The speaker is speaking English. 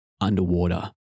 underwater